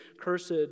cursed